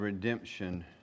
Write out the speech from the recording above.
Redemption